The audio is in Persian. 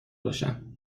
باشم